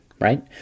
right